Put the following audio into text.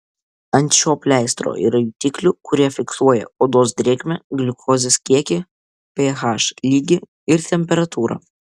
ant šio pleistro yra jutiklių kurie fiksuoja odos drėgmę gliukozės kiekį ph lygį ir temperatūrą